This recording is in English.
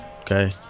Okay